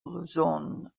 luzon